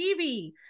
TV